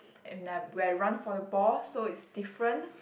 and I when I run for the ball so it's different